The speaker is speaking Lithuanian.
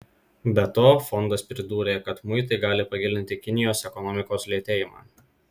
be to fondas pridūrė kad muitai gali pagilinti kinijos ekonomikos lėtėjimą